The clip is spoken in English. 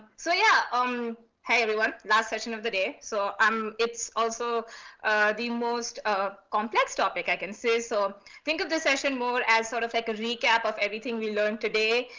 so yeah, um hey everyone. last session of the day. so um it's also the most complex topic i can see so think of this session more as sort of like a recap of everything we learned today,